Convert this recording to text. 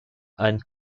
anne